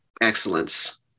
excellence